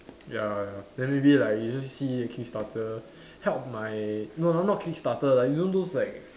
ya ya then maybe like you just see a kickstarter help my no not kickstarter like you know those like